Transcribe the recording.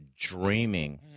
dreaming